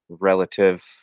relative